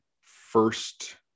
first